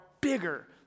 bigger